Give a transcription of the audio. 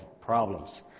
problems